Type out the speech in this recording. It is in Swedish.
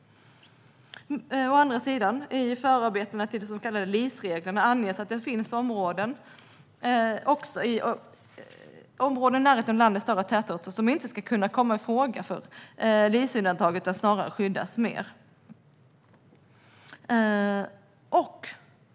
Å andra sidan anges i förarbetena till de så kallade LIS-reglerna att det finns områden i närheten av landets större tätorter som inte ska kunna komma i fråga för LIS-undantag utan snarare skyddas mer.